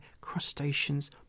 crustaceans